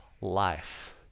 life